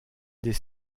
des